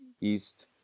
East